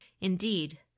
Indeed